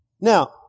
Now